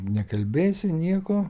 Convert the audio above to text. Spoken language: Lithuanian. nekalbėsiu nieko